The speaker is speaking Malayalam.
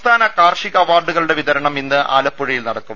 സംസ്ഥാന കാർഷിക അവാർഡുകളുടെ വിതരണം ഇന്ന് ആലപ്പുഴയിൽ നടക്കും